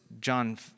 John